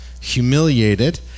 humiliated